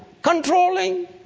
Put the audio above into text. Controlling